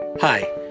Hi